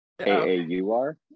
A-A-U-R